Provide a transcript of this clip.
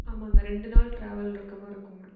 ஆமாங்க ரெண்டு நாள் ட்ராவல் இருக்கற மாதிரி இருக்குங்க